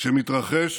כשמתרחש